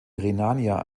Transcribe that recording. rhenania